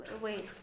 wait